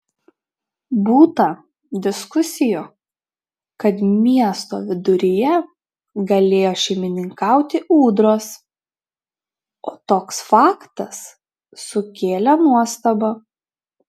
būta diskusijų kad miesto viduryje galėjo šeimininkauti ūdros o toks faktas sukėlė nuostabą